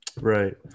right